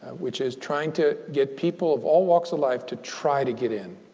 which is trying to get people of all walks of life to try to get in.